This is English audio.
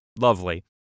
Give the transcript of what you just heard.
lovely